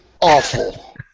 awful